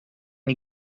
you